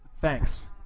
thanks